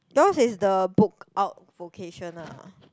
your's is the book out vocation ah